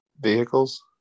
Vehicles